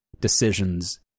decisions